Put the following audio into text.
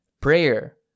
Prayer